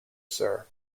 sir